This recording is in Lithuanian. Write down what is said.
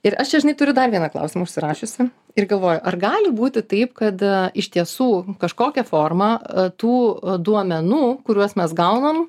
ir aš čia žinai turiu dar vieną klausimą užsirašiusi ir galvoju ar gali būti taip kad iš tiesų kažkokia forma tų duomenų kuriuos mes gaunam